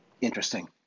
Interesting